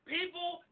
People